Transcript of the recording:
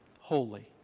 holy